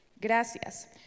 Gracias